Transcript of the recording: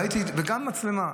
וגם מצלמה.